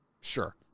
Sure